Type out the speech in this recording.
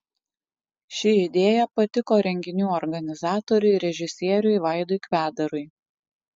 ši idėja patiko renginių organizatoriui režisieriui vaidui kvedarui